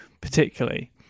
particularly